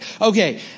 Okay